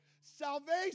salvation